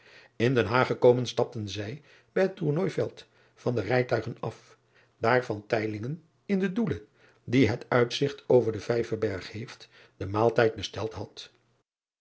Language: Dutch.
n den aag gekomen stapten zij bij het ournooiveld van de rijtuigen af daar in den oelen die het uitzigt over den ijverberg heeft den maaltijd besteld had